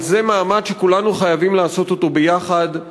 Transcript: אבל זה מאמץ שכולנו חייבים לעשות אותו ביחד,